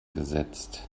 gesetzt